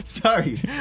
Sorry